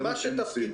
זה מה שהם עושים,